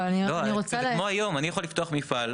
היא נורמת מינימום.